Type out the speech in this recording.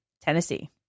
Tennessee